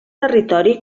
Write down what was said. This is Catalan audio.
territori